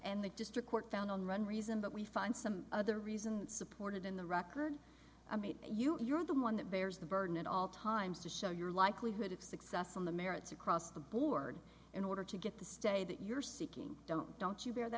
and the district court found on run reason that we find some other reason supported in the record i mean you are the one that bears the burden at all times to show your likelihood of success on the merits across the board in order to get the stay that you're seeking don't don't you